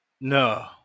No